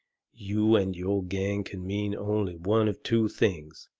you and your gang can mean only one of two things.